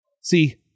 See